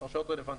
הרשעות רלוונטיות.